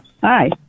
Hi